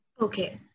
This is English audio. okay